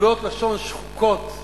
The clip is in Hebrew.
מטבעות לשון שחוקות,